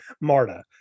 Marta